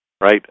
right